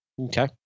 Okay